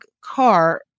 car